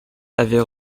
avaient